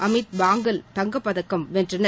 அமித் பாங்கல் தங்கப்பதக்கம் வென்றனர்